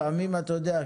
לפעמים, אתה יודע,